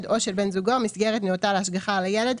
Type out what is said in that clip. או של בן זוגו מסגרת נאותה להשגחה על הילד,